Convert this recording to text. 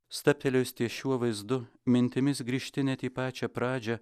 stabtelėjus ties šiuo vaizdu mintimis grįžti net į pačią pradžią